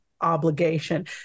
obligation